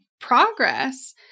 progress